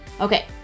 Okay